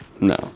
No